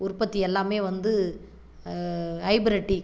உற்பத்தி எல்லாமே வந்து ஹைப்ரட்டி